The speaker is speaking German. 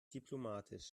diplomatisch